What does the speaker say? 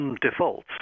defaults